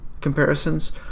comparisons